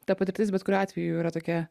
ta patirtis bet kuriuo atveju yra tokia